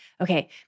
Okay